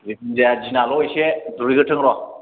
जेखुनु जाया दिनाल' इसे जहैग्रोथों र'